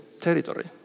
territory